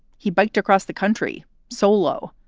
he biked across the country solo.